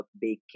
baking